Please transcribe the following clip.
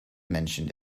mentioned